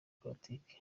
politiki